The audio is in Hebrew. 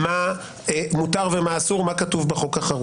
מה אסור ומה כתוב בחוק,